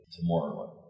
tomorrow